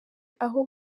aho